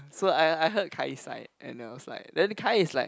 so I I heard Kai's side and I was like then Kai is like